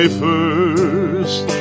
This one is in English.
first